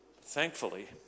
Thankfully